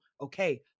okay